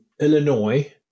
Illinois